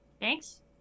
Thanks